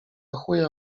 chuja